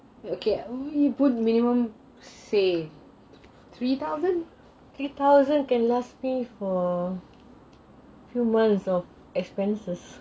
three thousand can last me for few months of expenses